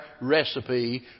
recipe